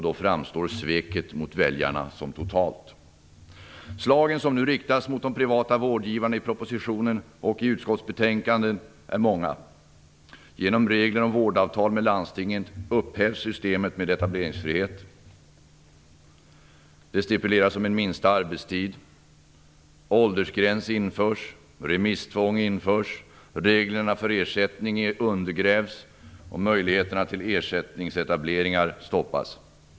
Då framstår sveket mot väljarna som totalt. Slagen som nu riktas mot de privata vårdgivarna i propositionen och i utskottsbetänkandena är många. Remisstvång införs. Reglerna för ersättning undergrävs. Möjligheterna till ersättningsetableringar stoppas.